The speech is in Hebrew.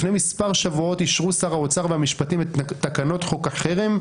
לפני מספר שבועות אישרו שר האוצר ושר המשפטים את תקנות חוק החרם,